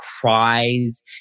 cries